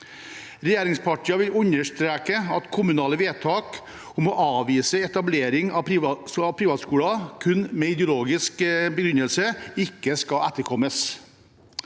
Regjeringspartiene vil understreke at kommunale vedtak om å avvise etablering av privatskoler kun med ideologisk begrunnelse ikke skal etterkommes.